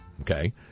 Okay